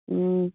ꯎꯝ